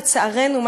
לצערנו,